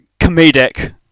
comedic